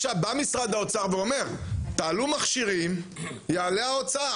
בא משרד האוצר ואומר: תעלו מכשירים תעלה ההוצאה.